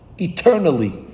eternally